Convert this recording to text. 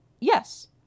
yes